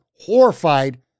horrified